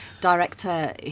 director